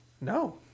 No